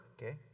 Okay